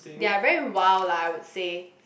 they are very wild lah I would say